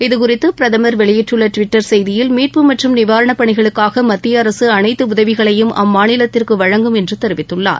இதுகுறித்து பிரதமா் வெளியிட்டுள்ள ட்விட்டர் செய்தியில் மீட்பு மற்றும் நிவாரணப் பணிகளுக்காக மத்திய அரசு அனைத்து உதவிகளையும் அம்மாநிலத்திற்கு வழங்கும் என்று தெரிவித்துள்ளார்